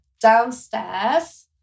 downstairs